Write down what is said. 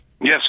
Yes